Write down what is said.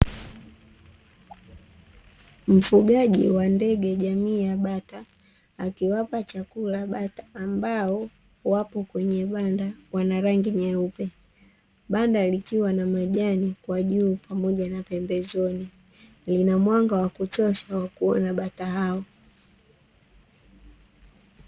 Mfugaji wa ndege jamii bata akiwapa chakula bata, ambao wapo kwenye banda wana rangi nyeupe, banda likiwa na majani kwa juu pamoja na pembezoni lina mwanga wa kutosha wa kuona bata hao.